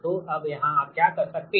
तो अब यहाँ आप क्या कर सकते हो